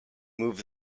move